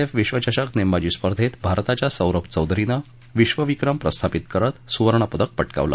F विश्वचषक नेमबाजी स्पर्धेत भारताच्या सौरभ चौधरीनं विश्वविक्रम प्रस्थापित करत सुवर्णपदक पटकावलं